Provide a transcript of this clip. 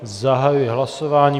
Zahajuji hlasování.